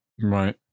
Right